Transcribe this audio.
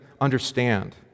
understand